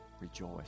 rejoice